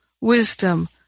wisdom